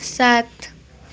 सात